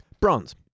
Bronze